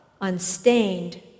unstained